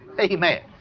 Amen